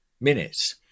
minutes